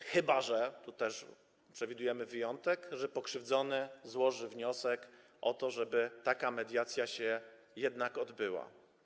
chyba że - tu też przewidujemy wyjątek - pokrzywdzony złoży wniosek o to, żeby taka mediacja się jednak odbyła.